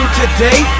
today